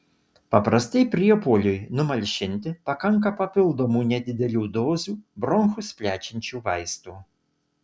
paprastai priepuoliui numalšinti pakanka papildomų nedidelių dozių bronchus plečiančių vaistų